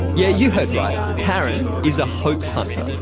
yeah, you heard right, taryn is a hoax hunter.